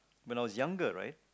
when I was younger right